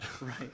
right